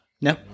No